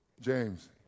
James